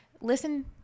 Listen